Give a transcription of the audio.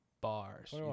Bars